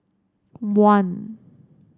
one